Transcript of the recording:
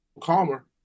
calmer